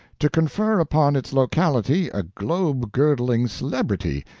to confer upon its locality a globe-girdling celebrity,